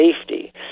safety